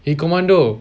he commando